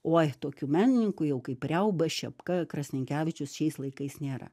oi tokių menininkų jau kaip riauba šepka krasninkevičius šiais laikais nėra